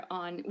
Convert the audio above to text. on